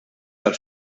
tal